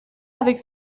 avec